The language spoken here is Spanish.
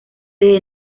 desde